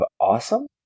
awesome